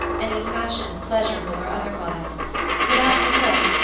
any passion, pleasurable or otherwise but at the look,